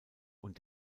und